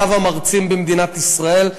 עם מיטב המרצים במדינת ישראל.